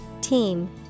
Team